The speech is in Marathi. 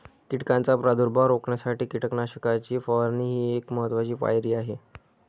कीटकांचा प्रादुर्भाव रोखण्यासाठी कीटकनाशकांची फवारणी ही एक महत्त्वाची पायरी आहे